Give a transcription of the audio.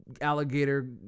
alligator